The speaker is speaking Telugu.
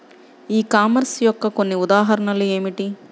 ఈ కామర్స్ యొక్క కొన్ని ఉదాహరణలు ఏమిటి?